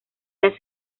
las